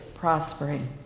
prospering